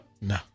No